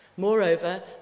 Moreover